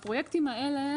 הפרויקטים האלה,